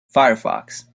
firefox